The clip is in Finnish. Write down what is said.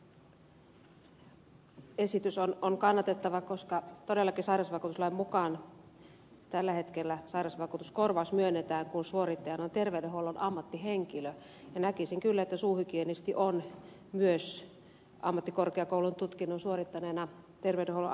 ojala niemelän esitys on kannatettava koska todellakin sairausvakuutuslain mukaan tällä hetkellä sairausvakuutuskorvaus myönnetään kun suorittajana on terveydenhuollon ammattihenkilö ja näkisin kyllä että suuhygienisti on myös ammattikorkeakoulututkinnon suorittaneena terveydenhuollon ammattilainen